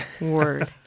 word